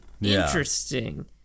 Interesting